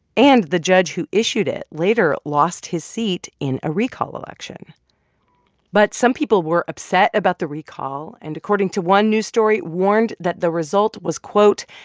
and the judge who issued it later lost his seat in a recall election but some people were upset about the recall and, according to one news story, warned that the result was, quote,